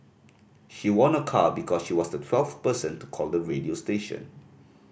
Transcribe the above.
she won a car because she was the twelfth person to call the radio station